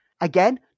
Again